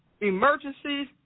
emergencies